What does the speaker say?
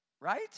Right